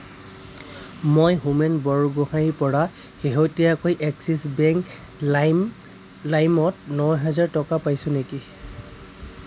মই হোমেন বৰগোহাঞিৰ পৰা শেহতীয়াকৈ এক্সিছ বেংক লাইম লাইমত ন হাজৰ টকা পাইছো নেকি